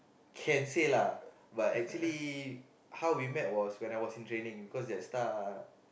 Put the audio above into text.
can say lah but actually how we met was when I was in training because JetStar